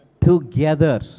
Together